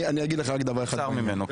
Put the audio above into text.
נבצר ממנו.